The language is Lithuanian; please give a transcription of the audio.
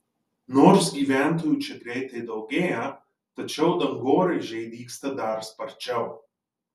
nors gyventojų čia greitai daugėja tačiau dangoraižiai dygsta dar sparčiau